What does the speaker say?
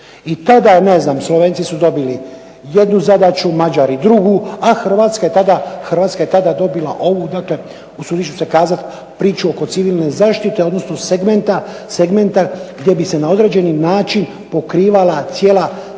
I tada je, Slovenci su dobili jednu zadaću, Mađari drugu, a Hrvatska je tada dobila ovu, dakle usudit ću se kazat priču oko civilne zaštite odnosno segmenta gdje bi se na određeni način pokrivala cijela ova